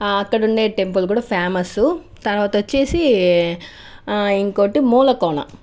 అక్కడ ఉండే టెంపుల్ కూడా ఫేమస్ తర్వాత వచ్చేసి ఇంకొకటి మూలకోన